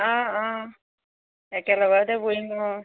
অঁ অঁ একেলগতে বহিম অঁ